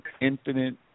infinite